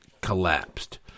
collapsed